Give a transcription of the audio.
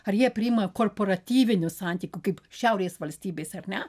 ar jie priima korporatyviniu santykiu kaip šiaurės valstybės ar ne